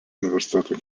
universiteto